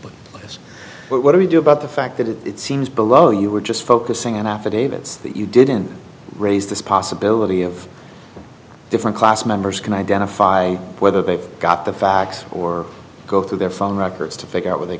this what do we do about the fact that it seems below you were just focusing on affidavits that you didn't raise this possibility of different class members can identify whether they've got the fax or go through their phone records to figure out where they